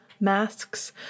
masks